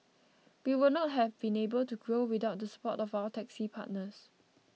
we would not have been able to grow without the support of our taxi partners